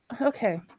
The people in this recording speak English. okay